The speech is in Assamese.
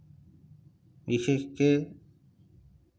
বিশেষকৈ